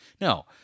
No